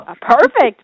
Perfect